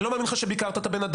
אני לא מאמין לך שביקרת את האדם,